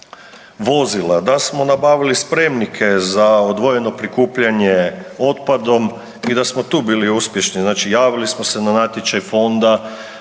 vozila. Da smo nabavili spremnike za odvojeno prikupljanje otpadom i da smo tu bili uspješni, znači javili smo se na natječaj Fonda,